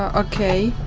ah okay,